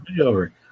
over